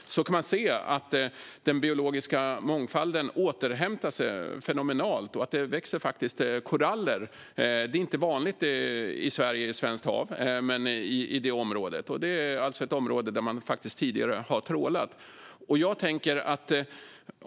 Där kan man se att den biologiska mångfalden återhämtar sig fenomenalt och att det faktiskt växer koraller där. Det är inte vanligt i svenska hav. Det är alltså ett område där man tidigare har trålat.